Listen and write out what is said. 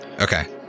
Okay